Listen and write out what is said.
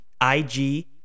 IG